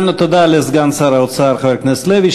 תודה לסגן שר האוצר חבר הכנסת לוי.